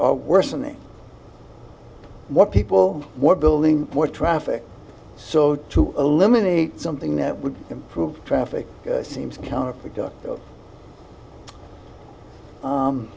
are worsening what people were building for traffic so to eliminate something that would improve traffic seems counterproductive